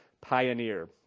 pioneer